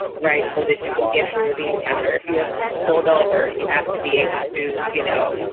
right. so that you can get through the encounter if you're pulled over. you have to be able to you know,